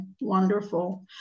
wonderful